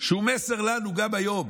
שהוא מסר לנו גם היום,